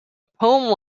poem